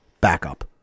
backup